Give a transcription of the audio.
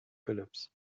phillips